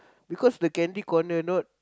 because the candy corner not